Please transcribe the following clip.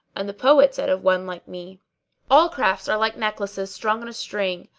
and the poet said of one like me all crafts are like necklaces strung on a string,